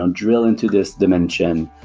ah drill into this dimension,